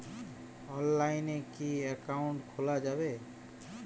অনলাইনে কি অ্যাকাউন্ট খোলা যাবে?